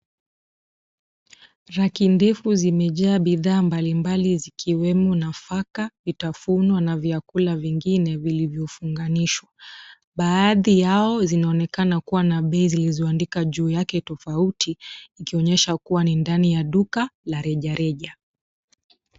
Raki ndefu zimejaa bidhaa mbalimbali zikiwemo nafaka, vitafunwa na vyakula vingine vilivyofunganishwa. Baadhi yao zinaonekana kuwa na bei zilizoandika juu yake tofauti, ikionyesha kuwa ni ndani ya duka la rejareja.